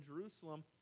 Jerusalem